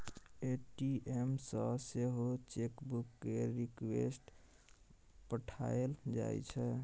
ATM सँ सेहो chequebook केर रिक्वेस्ट पठाएल जाइ छै